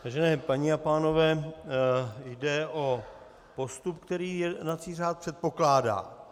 Vážené paní a pánové, jde o postup, který jednací řád předpokládá.